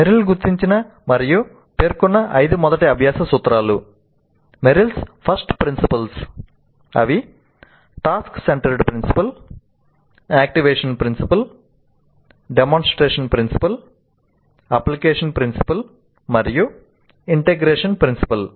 Merrill గుర్తించిన మరియు పేర్కొన్న ఐదు మొదటి అభ్యాస సూత్రాలు టాస్క్ సెంటర్డ్ ప్రిన్సిపల్